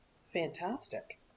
fantastic